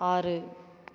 ஆறு